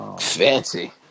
Fancy